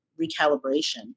recalibration